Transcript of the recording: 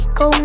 go